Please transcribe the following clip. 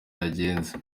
yagenze